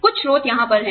कुछ स्रोत यहां पर हैं